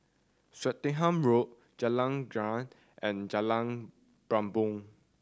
Swettenham Road Jalan Girang and Jalan Bumbong